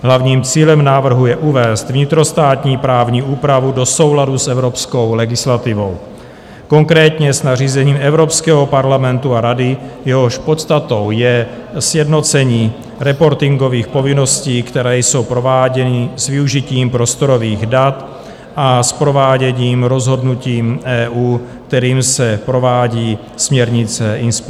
Hlavním cílem návrhu je uvést vnitrostátní právní úpravu do souladu s evropskou legislativou, konkrétně s nařízením Evropského parlamentu a Rady, jehož podstatou je sjednocení reportingových povinností, které jsou prováděny s využitím prostorových dat a s prováděním rozhodnutí EU, kterým se provádí směrnice INSPIRE.